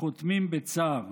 "החותמים בצער".